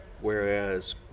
whereas